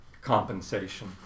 compensation